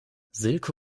silke